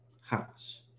house